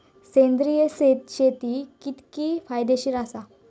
सेंद्रिय शेती कितकी फायदेशीर आसा?